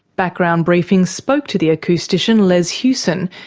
background briefing spoke to the acoustician, les huson,